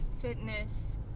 fitness